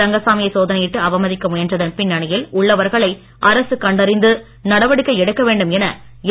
ரங்கசாமியை சோதனையிட்டு அவமதிக்க முயன்றதன் பின்னணியில் உள்ளவர்களை அரசு கண்டறிந்து நடவடிக்கை எடுக்க வேண்டும் என என்